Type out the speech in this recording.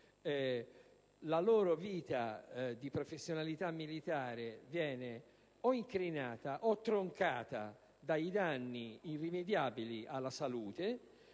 la loro vita professionale di militari viene incrinata o troncata per via dei danni irrimediabili alla salute.